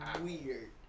weird